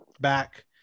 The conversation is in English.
back